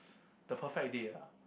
the perfect date ah